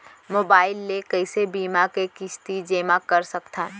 Mobile ले कइसे बीमा के किस्ती जेमा कर सकथव?